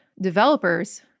developers